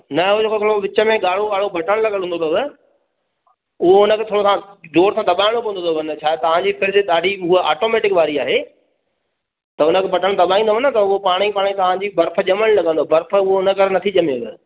न हो जेको हिकिड़ो विच में ॻाढ़ो ॻाढ़ो बटण हूंदो अथव उहो उनखे तव्हां जोर सां दॿाइणो पवंदो अथव उन छा तव्हांजी फिरिज ॾाढी हूअ ऑटोमेटिक वारी आहे त उनखे बटण दॿाईंदव न त हूअ पाण ई पाण ई तव्हां जी बर्फ ॼमण लॻंदव बर्फ हूअ उनजे करे न थी ॼमेव